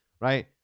right